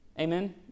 amen